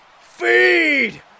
feed